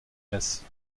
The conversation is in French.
glace